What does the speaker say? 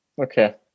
Okay